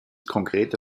konkrete